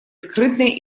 скрытной